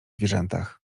zwierzętach